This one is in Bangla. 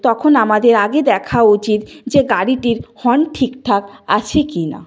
তখন আমাদের আগে দেখা উচিত যে গাড়িটির হর্ন ঠিকঠাক আছে কি না